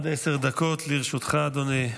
בבקשה, עד עשר דקות לרשותך, אדוני,